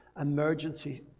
emergency